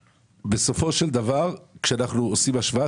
בסופו של דבר כשאנחנו עושים השוואה,